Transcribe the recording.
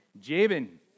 Jabin